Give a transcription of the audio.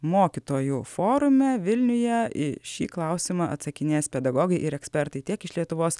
mokytojų forume vilniuje į šį klausimą atsakinės pedagogai ir ekspertai tiek iš lietuvos